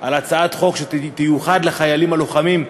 על הצעת חוק שתיוחד לחיילים לוחמים,